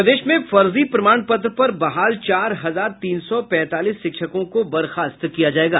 प्रदेश में फर्जी प्रमाण पत्र पर बहाल चार हजार तीन सौ पैंतालीस शिक्षकों को बर्खास्त किया जायेगा